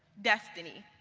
destiny.